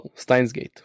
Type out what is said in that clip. Steinsgate